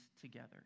together